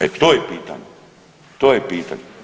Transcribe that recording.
E to je pitanje, to je pitanje.